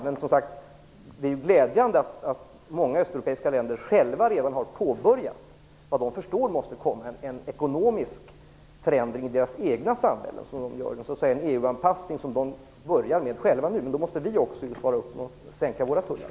Men, som sagt, det är glädjande att många östeuropeiska länder redan har påbörjat vad de förstår att man måste göra, nämligen en ekonomisk förändring i deras egna samhällen och en EU anpassning. Då måste vi också svara med att sänka våra tullar.